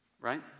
Right